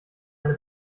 eine